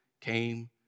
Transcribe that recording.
came